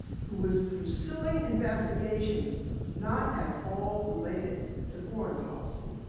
who was pursuing investigations not at all related to foreign policy.